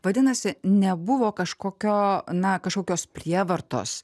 vadinasi nebuvo kažkokio na kažkokios prievartos